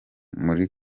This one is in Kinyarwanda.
muri